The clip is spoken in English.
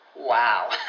Wow